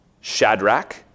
Shadrach